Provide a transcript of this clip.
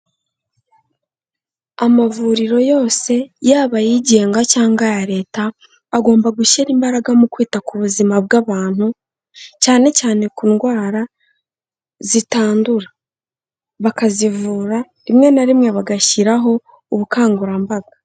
Amavuriro yose yaba ayigenga cyangwa aya Leta, agomba gushyira imbaraga mu kwita ku buzima bw'abantu cyane cyane ku ndwara zitandura, akazivura rimwe na rimwe bagashyiraho ubukangurambaga.